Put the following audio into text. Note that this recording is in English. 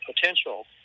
potential